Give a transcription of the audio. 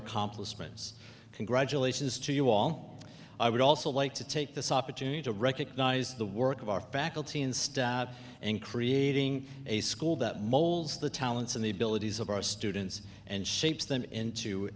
accomplishments congratulations to you all i would also like to take this opportunity to recognize the work of our faculty in creating a school that molds the talents and the abilities of our students and shapes them into